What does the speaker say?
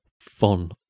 fun